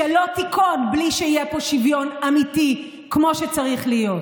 שלא תיכון בלי שיהיה פה שוויון אמיתי כמו שצריך להיות.